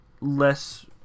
less